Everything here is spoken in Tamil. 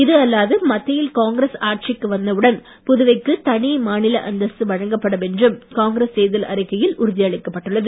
இதுஅல்லாது மத்தியில் காங்கிரஸ் ஆட்சிக்கு வந்தவுடன் புதுவைக்கு தனி மாநில அந்தஸ்து வழங்கப்படும் என்றும் காங்கிரஸ் தேர்தல் அறிக்கையில் உறுதி அளிக்கப்பட்டுள்ளது